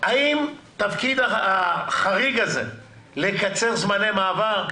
האם תפקיד החריג הזה לקצר זמני מעבר,